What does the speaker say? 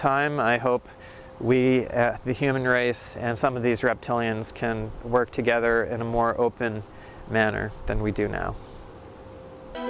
time i hope we the human race and some of these reptilians can work together in a more open manner than we do now